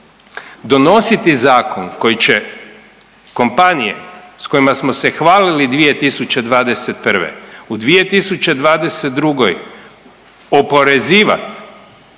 Donositi zakon koji će kompanije s kojima smo se hvalili 2021. u 2022. oporezivati